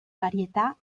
varietà